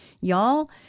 Y'all